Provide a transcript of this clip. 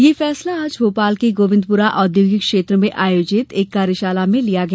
यह फैसला आज भोपाल के गोविन्दपुरा औद्योगिक क्षेत्र में आयोजित एक कार्यशाला में लिया गया